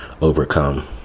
overcome